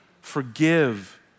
forgive